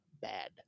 bad